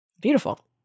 Beautiful